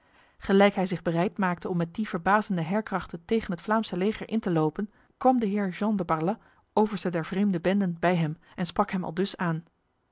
gelijk hij zich bereid maakte om met die verbazende heirkrachten tegen het vlaamse leger in te lopen kwam de heer jean de barlas overste der vreemde benden bij hem en sprak hem aldus aan